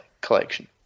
collection